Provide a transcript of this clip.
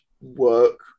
work